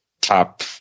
top